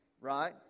right